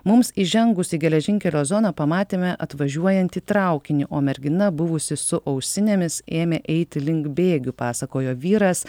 mums įžengus į geležinkelio zoną pamatėme atvažiuojantį traukinį o mergina buvusi su ausinėmis ėmė eiti link bėgių pasakojo vyras